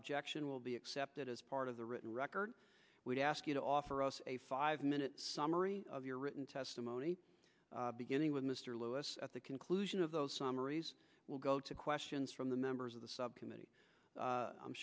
objection will be accepted as part of the written record we ask you to offer us a five minute summary of your written testimony beginning with mr lewis at the conclusion of those summaries will go to questions from the members of the subcommittee